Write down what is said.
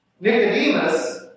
Nicodemus